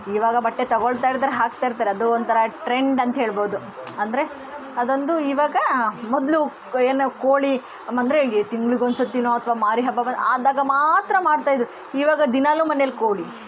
ಇವಾಗ ಬಟ್ಟೆ ತಗೊಳ್ತಾ ಇರ್ತಾರೆ ಹಾಕ್ತಾ ಇರ್ತಾರೆ ಅದೊಂಥರ ಟ್ರೆಂಡ್ ಅಂತಹೇಳ್ಬೋದು ಅಂದರೆ ಅದೊಂದು ಇವಾಗ ಮೊದಲು ಏನು ಕೋಳಿ ಅಂದರೆ ತಿಂಗ್ಳಿಗೊಂದು ಸತಿನೋ ಅಥವಾ ಮಾರಿ ಹಬ್ಬ ಬ ಆದಾಗ ಮಾತ್ರ ಮಾಡ್ತಾಯಿದ್ದರು ಇವಾಗ ದಿನಾಲೂ ಮನೆಲಿ ಕೋಳಿ